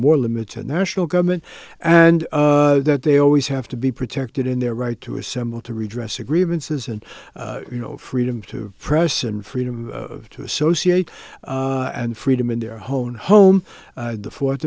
more limited national government and that they always have to be protected in their right to assemble to redress of grievances and you know freedom to press and freedom to associate and freedom and their home and home the fourth